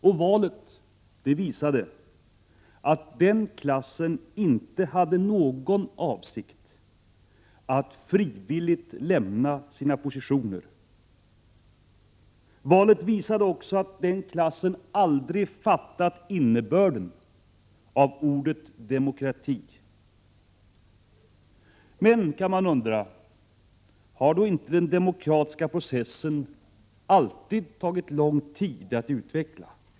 Och valet visade att den klassen inte hade någon avsikt att frivilligt lämna sina positioner. Valet visade också att den klassen aldrig fattat innebörden av ordet ”demokrati”. Men — kan man undra — har då inte alltid den demokratiska processen tagit lång tid att utveckla?